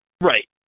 right